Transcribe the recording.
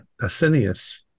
Asinius